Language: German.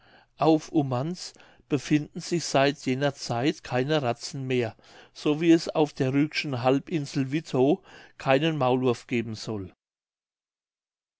auf ummanz befinden sich seit jener zeit keine ratzen mehr so wie es auf der rügenschen halbinsel wittow keinen maulwurf geben soll